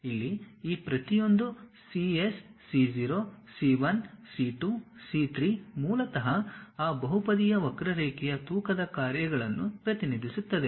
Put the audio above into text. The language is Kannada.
ಇಲ್ಲಿ ಈ ಪ್ರತಿಯೊಂದುCS C 0 C 1 C 2 C 3 ಮೂಲತಃ ಆ ಬಹುಪದೀಯ ವಕ್ರರೇಖೆಯ ತೂಕದ ಕಾರ್ಯಗಳನ್ನು ಪ್ರತಿನಿಧಿಸುತ್ತದೆ